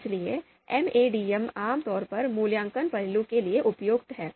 इसलिए MADM आम तौर पर मूल्यांकन पहलू के लिए उपयुक्त है